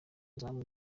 izamu